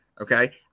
okay